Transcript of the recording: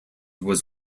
was